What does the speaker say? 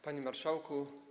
Panie Marszałku!